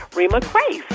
reema khrais,